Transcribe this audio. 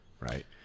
right